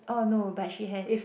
orh no but she has